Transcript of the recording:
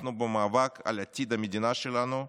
אנחנו במאבק על עתיד המדינה שלנו,